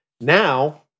Now